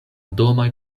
domoj